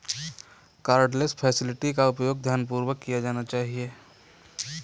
cardless facility का उपयोग ध्यानपूर्वक किया जाना चाहिए